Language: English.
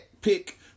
pick